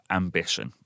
ambition